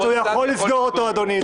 אז הוא יכול לסגור אותו, אדוני.